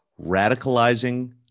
radicalizing